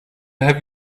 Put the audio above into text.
have